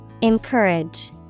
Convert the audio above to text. Encourage